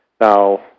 Now